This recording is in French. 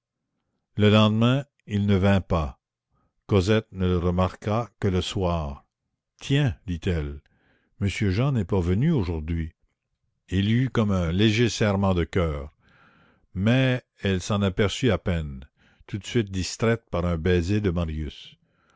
le lendemain il ne vint pas cosette ne le remarqua que le soir tiens dit-elle monsieur jean n'est pas venu aujourd'hui elle eut comme un léger serrement de coeur mais elle s'en aperçut à peine tout de suite distraite par un baiser de marius